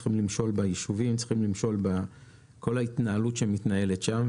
בישובים וצריכים למשול בכל ההתנהלות שמתנהלת שם.